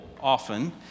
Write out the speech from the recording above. often